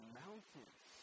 mountains